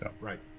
Right